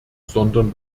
sondern